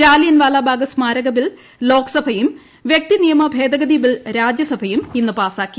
ജാലിയൻവാലാബാഗ് സ്മാരക ബിൽ ലോകസഭയും വൃക്തി നിയമ ഭേദഗതി ബിൽ രാജ്യസഭയുംഇന്ന് പാസ്സാക്കി